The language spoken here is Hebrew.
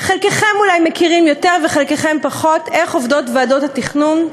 חלקכם אולי מכירים יותר וחלקכם פחות איך עובדות ועדות התכנון,